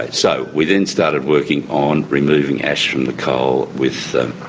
so we then started working on removing ash from the coal with the